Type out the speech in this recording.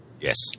Yes